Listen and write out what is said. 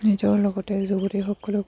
নিজৰ লগতে যুৱতীসকলেও